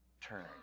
turn